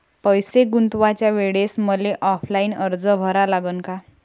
पैसे गुंतवाच्या वेळेसं मले ऑफलाईन अर्ज भरा लागन का?